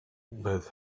but